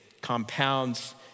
compounds